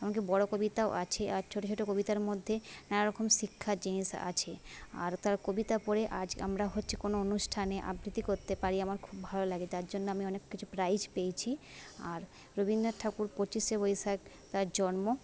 এমনকি বড় কবিতাও আছে আর ছোট ছোট কবিতার মধ্যে নানা রকম শিক্ষার জিনিস আছে আর তার কবিতা পড়ে আজ আমরা হচ্ছে কোনো অনুষ্ঠানে আবৃত্তি করতে পারি আমার খুব ভালো লাগে তার জন্য আমি অনেক কিছু প্রাইজ পেয়েছি আর রবীন্দ্রনাথ ঠাকুর পঁচিশে বৈশাখ তার জন্ম